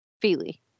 Feely